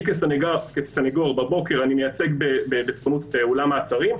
כסנגור בבוקר אני מייצג באולם מעצרים,